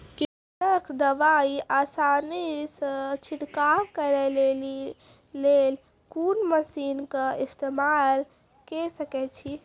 कीटनासक दवाई आसानीसॅ छिड़काव करै लेली लेल कून मसीनऽक इस्तेमाल के सकै छी?